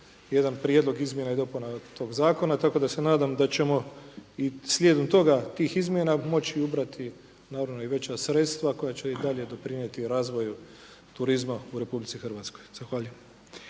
jedan prijedlog izmjena i dopuna tog zakona, tako da se nadam da ćemo i slijedom toga tih izmjena moći ubrati i veća sredstva koja će i dalje doprinijeti razvoju turizma u RH. Zahvaljujem.